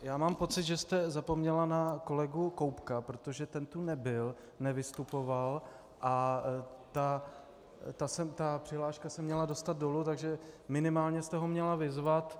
Já mám pocit, že jste zapomněla na kolegu Koubka, protože ten tu nebyl, nevystupoval a ta přihláška se měla dostat dolů, takže minimálně jste ho měla vyzvat.